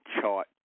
chart